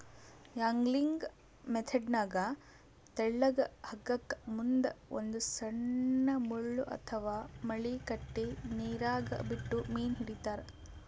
angling ಮೆಥೆಡ್ನಾಗ್ ತೆಳ್ಳಗ್ ಹಗ್ಗಕ್ಕ್ ಮುಂದ್ ಒಂದ್ ಸಣ್ಣ್ ಮುಳ್ಳ ಅಥವಾ ಮಳಿ ಕಟ್ಟಿ ನೀರಾಗ ಬಿಟ್ಟು ಮೀನ್ ಹಿಡಿತಾರ್